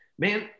man